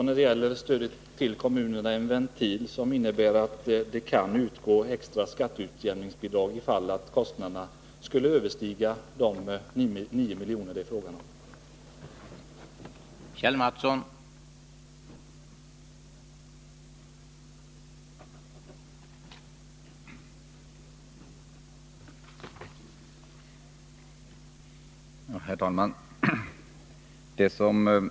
När det gäller stödet till kommunerna finns det också en ventil som innebär att det kan utgå extra skatteutjämningsbidrag ifall kostnaderna skulle överstiga de 9 miljoner det är fråga om.